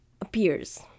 appears